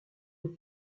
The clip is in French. les